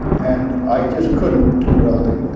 and i just couldn't do welding,